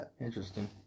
Interesting